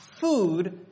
food